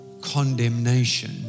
condemnation